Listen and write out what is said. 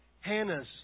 Hannah's